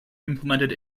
implemented